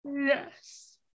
Yes